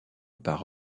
par